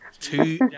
Two